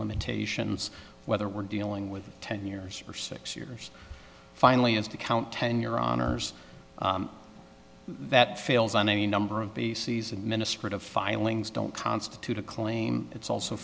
limitations whether we're dealing with ten years or six years finally as to count ten your honour's that fails on a number of bases in administrative filings don't constitute a claim it's also